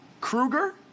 Kruger